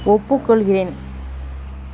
ஒப்புக்கொள்கிறேன்